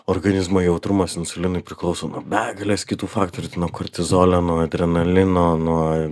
organizmo jautrumas insulinui priklauso nuo begalės kitų faktorių tai nuo kortizolio nuo adrenalino nuo